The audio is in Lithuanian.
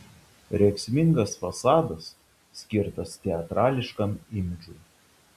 rėksmingas fasadas skirtas teatrališkam imidžui